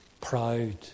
Proud